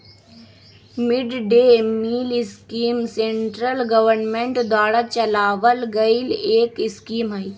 mid day meal scheme central government द्वारा चलावल गईल एक स्कीम हई